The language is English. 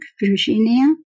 Virginia